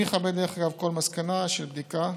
אני אכבד, דרך אגב, כל מסקנה של בדיקה,